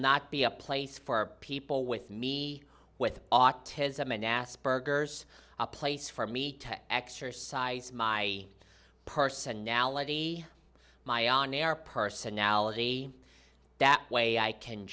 not be a place for people with me with autism and asperger's a place for me to exercise my personality my on air personality that way i can